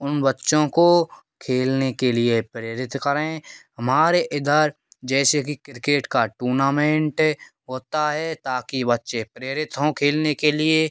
उन बच्चों को खेलने के लिए प्रेरित करें हमारे इधर जैसे कि क्रिकेट का टूनामेंट होता है ताकि बच्चे प्रेरित हों खेलने के लिए